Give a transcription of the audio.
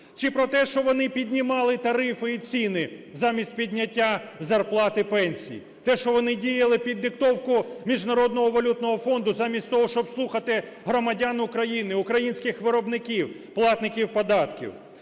Чи про те, що вони піднімали тарифи і ціни замість підняття зарплат і пенсій? Те, що вони діяли під диктовку Міжнародного валютного фонду, замість того, щоби слухати громадян України, українських виробників – платників податків?